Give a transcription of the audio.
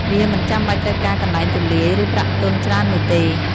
វាមិនចាំបាច់ត្រូវការកន្លែងទូលាយ ឬប្រាក់ទុនច្រើននោះទេ។